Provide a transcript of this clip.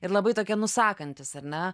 ir labai tokie nusakantys ar ne